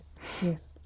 Yes